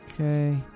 Okay